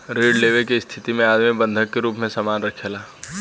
ऋण लेवे के स्थिति में आदमी बंधक के रूप में सामान राखेला